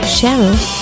Cheryl